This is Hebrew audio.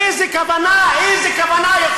הכוונה, איזה כוונה?